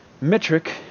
Metric